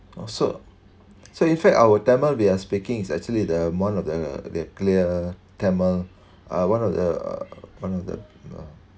orh so so in fact our tamil we are speaking is actually the amount of the their clear tamil uh one of the one of the